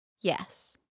Yes